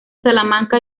salamanca